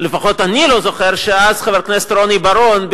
לפחות אני לא זוכר שאז חבר הכנסת רוני בר-און,